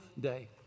day